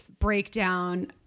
Breakdown